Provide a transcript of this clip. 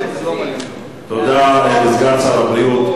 תודה לסגן שר הבריאות.